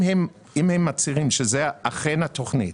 אם הם מצהירים שזאת אכן התוכנית,